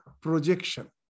projection